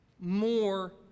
more